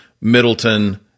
Middleton